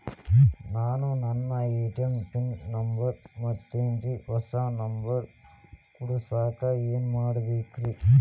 ನಾನು ನನ್ನ ATM pin number ಮರ್ತೇನ್ರಿ, ಹೊಸಾ ನಂಬರ್ ಕುಡಸಾಕ್ ಏನ್ ಮಾಡ್ಬೇಕ್ರಿ?